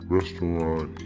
restaurant